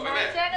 באמת.